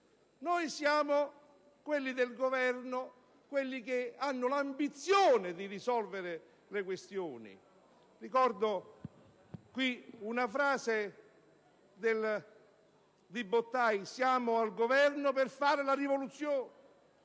noi siamo quelli del Governo che hanno l'ambizione di risolvere le questioni. Ricordo qui una frase di Bottai: siamo al Governo per fare la rivoluzione.